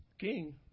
king